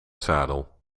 zadel